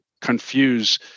confuse